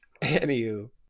Anywho